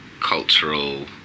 cultural